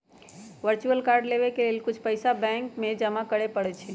virtual card लेबेय के लेल कुछ पइसा बैंक में जमा करेके परै छै